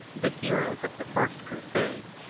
the heroes of the first crusade.